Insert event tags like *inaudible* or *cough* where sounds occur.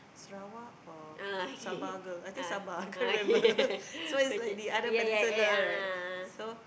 Sarawak or Sabah girl I think Sabah I can't remember *laughs* so is the other peninsula so